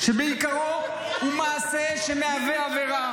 -- שבעיקרו הוא מעשה שמהווה עבירה